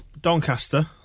Doncaster